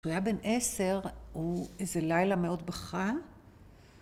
‫הוא היה בן עשר, ‫הוא איזה לילה מאוד בכה